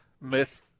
myth